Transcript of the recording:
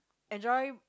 enjoy